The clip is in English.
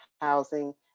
housing